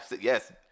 Yes